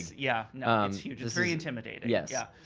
yeah, no, it's huge, its very intimidating. yes. yeah,